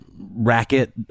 racket